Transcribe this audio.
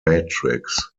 matrix